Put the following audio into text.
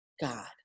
God